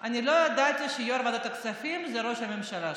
אני לא ידעתי שיו"ר ועדת הכספים זה ראש הממשלה שלנו.